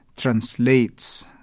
translates